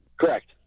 Correct